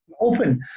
open